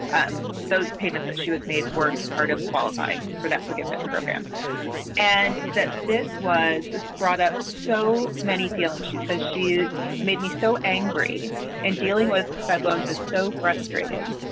and those payments that she was made weren't part of qualify for that forgiveness program and that this was brought up so many feel. and she says she and made me so angry and dealing with bad loans is so frustrating.